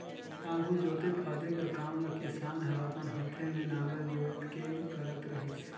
आघु जोते फादे कर काम ल किसान हर अपन हाथे मे नांगर जोएत के करत रहिस